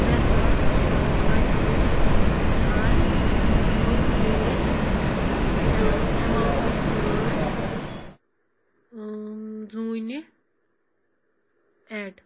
ترٛےٚ ساس رۄپیہِ کَر برٛوکریج ایمو ایماونٹٕکۍ پٲٹھۍ زوٗنہِ ایڈ